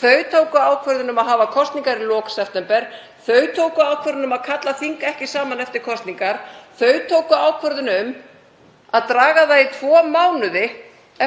Þau tóku ákvörðun um að hafa kosningar í lok september. Þau tóku ákvörðun um að kalla þing ekki saman eftir kosningar. Þau tóku ákvörðun um að draga það í tvo mánuði